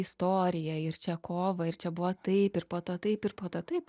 istoriją ir čia kovą ir čia buvo taip ir po to taip ir po to taip